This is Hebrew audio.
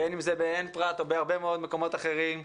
בין אם זה בעין פרת או בהרבה מאוד מקומות אחרים,